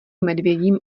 medvědím